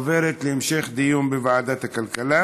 עוברת להמשך דיון בוועדת הכלכלה.